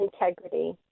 Integrity